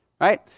right